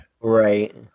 Right